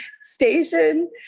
station